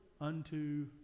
unto